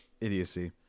idiocy